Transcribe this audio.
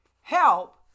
Help